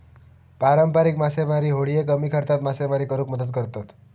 पारंपारिक मासेमारी होडिये कमी खर्चात मासेमारी करुक मदत करतत